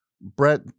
Brett